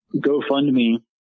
GoFundMe